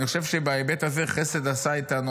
אני חושב שבהיבט הזה חסד עשה איתנו